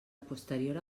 posterior